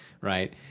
Right